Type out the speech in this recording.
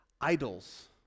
idols